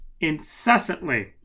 incessantly